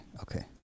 okay